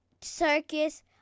Circus